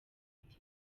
haiti